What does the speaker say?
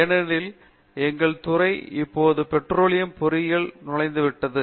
ஏனெனில் எங்கள் துறை இப்போது பெட்ரோலியம் பொறியியலில் நுழைந்தது